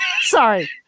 Sorry